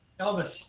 Elvis